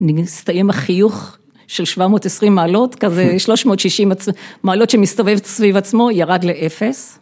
נסתיים החיוך של 720 מעלות, כזה 360 מעלות שמסתובב סביב עצמו ירד לאפס.